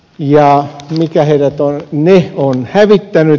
ja mikä ne on hävittänyt